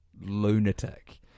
lunatic